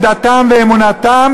את דתם ואת אמונתם,